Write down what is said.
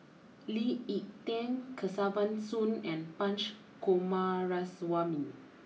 Lee Ek Tieng Kesavan Soon and Punch Coomaraswamy